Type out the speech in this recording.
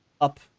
up